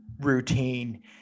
routine